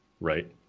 right